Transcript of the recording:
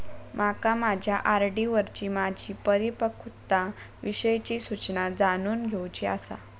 माका माझ्या आर.डी वरची माझी परिपक्वता विषयची सूचना जाणून घेवुची आसा